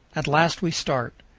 at last we start.